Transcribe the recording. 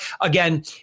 again